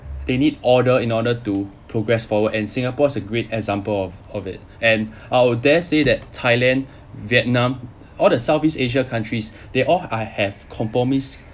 they need order in order to progress forward and singapore's a great example of of it and I will dare say that thailand vietnam all the southeast asia countries they all are have conformist